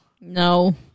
no